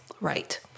Right